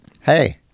Hey